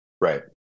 Right